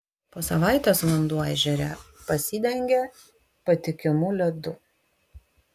po savaitės vanduo ežere pasidengė patikimu ledu